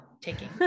taking